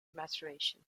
maturation